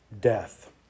death